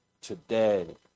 today